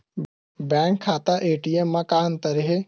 Bank खाता ATM मा का अंतर हे?